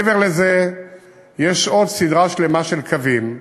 מעבר לזה יש עוד סדרה שלמה של קווים,